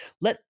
let